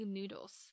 Noodles